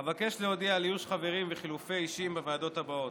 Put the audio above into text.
אבקש להודיע על איוש חברים וחילופי אישים בוועדות הבאות: